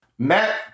Matt